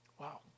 Wow